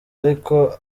ariko